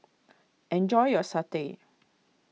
enjoy your Satay